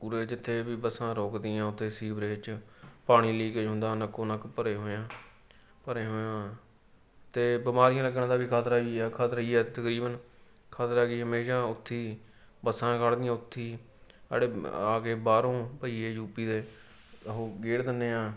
ਉਰੇ ਜਿੱਥੇ ਵੀ ਬੱਸਾਂ ਰੁਕਦੀਆਂ ਉੱਥੇ ਸੀਵਰੇਜ 'ਚ ਪਾਣੀ ਲੀਕੇਜ ਹੁੰਦਾ ਨੱਕੋ ਨੱਕ ਭਰੇ ਹੋਏ ਆ ਭਰੇ ਹੋਇਆ ਅਤੇ ਬਿਮਾਰੀਆਂ ਲੱਗਣ ਦਾ ਵੀ ਖ਼ਤਰਾ ਹੀ ਆ ਖ਼ਤਰਾ ਹੀ ਆ ਤਕਰੀਬਨ ਖ਼ਤਰਾ ਕੀ ਹਮੇਸ਼ਾ ਉੱਥੀ ਬੱਸਾਂ ਖੜ੍ਹਦੀਆਂ ਉੱਥੀ ਆ ਜਿਹੜੇ ਆ ਕੇ ਬਾਹਰੋਂ ਭਈਏ ਯੂ ਪੀ ਦੇ ਉਹ ਗੇਰ ਦਿੰਦੇ ਆ